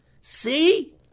See